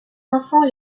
enfant